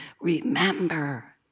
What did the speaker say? remember